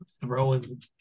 throwing